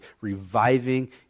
reviving